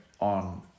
on